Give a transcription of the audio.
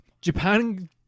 Japan